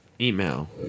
email